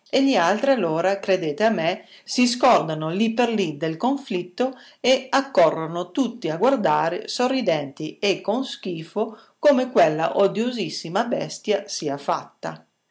gli altri allora credete a me si scordano lì per lì del conflitto e accorrono tutti a guardare sorridenti e con schifo come quella odiosissima bestia sia fatta